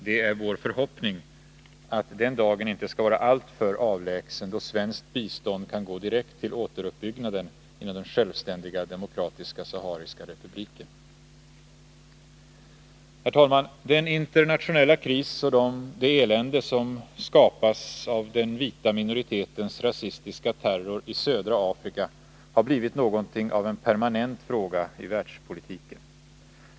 Det är vår förhoppning att den dagen inte skall vara alltför avlägsen då svenskt bistånd skall gå direkt till återuppbyggnaden inom den självständiga Demokratiska sahariska republiken. Herr talman! Den internationella kris och det elände som skapas av den vita minoritetens rasistiska terror i södra Afrika har blivit något av en permanent fråga i världspolitiken.